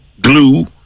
glue